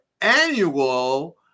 annual